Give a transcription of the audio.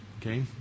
Okay